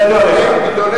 זה ידוע לך.